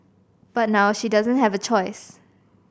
but now she doesn't have a choice